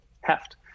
heft